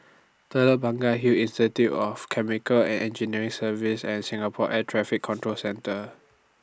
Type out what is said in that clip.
Telok Blangah Hill Institute of Chemical and Engineering Services and Singapore Air Traffic Control Centre